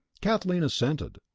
kathleen assented,